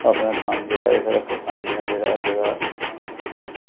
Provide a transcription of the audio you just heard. अपना कम्म जेह्ड़ा ऐ करसानी दा जेह्ड़ा